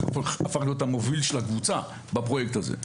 הפך להיות המוביל של הקבוצה בפרויקט הזה.